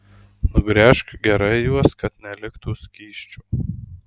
nugręžk gerai juos kad neliktų skysčio